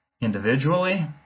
individually